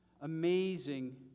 amazing